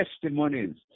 testimonies